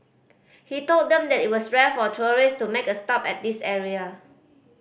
he told them that it was rare for tourists to make a stop at this area